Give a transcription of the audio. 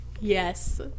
Yes